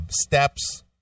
steps